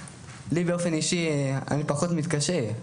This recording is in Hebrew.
באופן אישי אני פחות מתקשה,